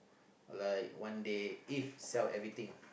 like one day if sell everything